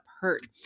hurt